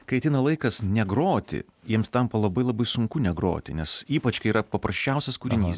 kai ateina laikas negroti jiems tampa labai labai sunku negroti nes ypač kai yra paprasčiausias kūrinys